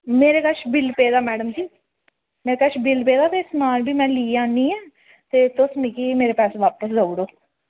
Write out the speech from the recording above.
मेरे कच्छ बिल पेदा मैडम जी मेरे कच्छ बिल पेदा ते समान बी मैं ली आनी ऐ ते तुस मिकी मेरे पैसे बापस देई ओड़ो